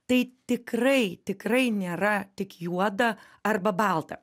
tai tikrai tikrai nėra tik juoda arba balta